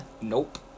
nope